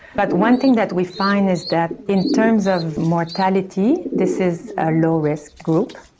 but one thing that we find is that in terms of mortality this is a low risk group.